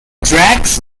drax